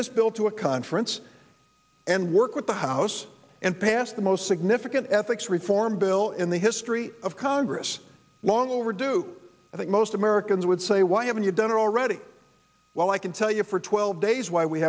this bill to a conference and work with the house and pass the most significant ethics reform bill in the history of congress long overdue i think most americans would say why haven't you done it already well i can tell you for twelve days why we